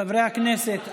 חברי הכנסת,